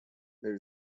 there